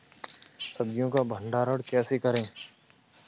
सब्जियों का भंडारण कैसे करें?